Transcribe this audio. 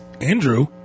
Andrew